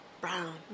brown